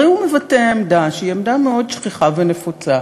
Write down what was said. הרי הוא מבטא עמדה שהיא עמדה מאוד שכיחה ונפוצה,